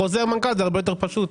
חוזר מנכ"ל זה הרבה יותר פשוט.